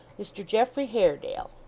mr geoffrey haredale,